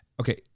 Okay